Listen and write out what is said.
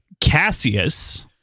Cassius